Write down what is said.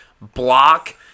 block